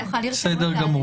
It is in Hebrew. בסדר גמור.